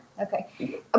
Okay